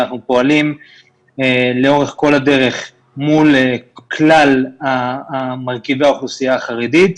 ואנחנו פועלים לאורך כל הדרך מול כלל מרכיבי האוכלוסייה החרדית,